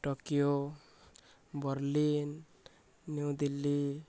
Tokyo Berlin New Delhi